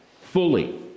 fully